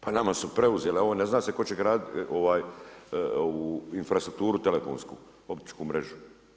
Pa nama su preuzele, ovo ne zna se tko će graditi infrastrukturu telefonsku, optičku mrežu.